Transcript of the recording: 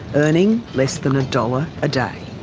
earning less than a dollar a day.